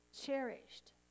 cherished